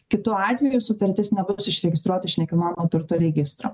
kitu atveju sutartis nebus išregistruota iš nekilnojamo turto registro